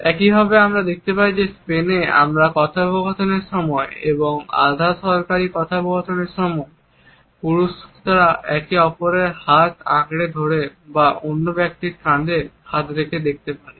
একইভাবে আমরা দেখতে পাই যে স্পেনে আমরা কথোপকথনের সময় এবং আধা সরকারি কথোপকথনের সময় পুরুষরা একে অপরের হাত আঁকড়ে ধরে বা অন্য ব্যক্তির কাঁধে হাত রেখে দেখতে পারি